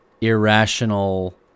irrational